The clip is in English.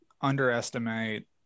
underestimate